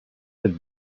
had